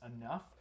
enough